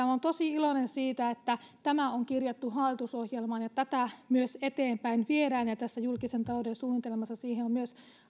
olen tosi iloinen siitä että tämä on kirjattu hallitusohjelmaan ja tätä myös eteenpäin viedään ja tässä julkisen talouden suunnitelmassa siihen on myös